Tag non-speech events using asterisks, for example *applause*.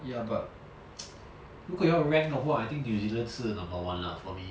ya but *noise* 如果要 rank the 话 I think new zealand 是 number one lah for me